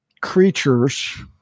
creatures